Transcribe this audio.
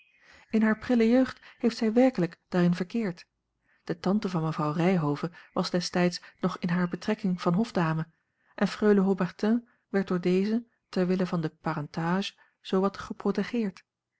in hare prille jeugd heeft zij werkelijk daarin a l g bosboom-toussaint langs een omweg verkeerd de tante van mevrouw ryhove was destijds nog in hare betrekking van hofdame en freule haubertin werd door deze ter wille van de parentage zoo wat geprotegeerd